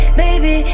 baby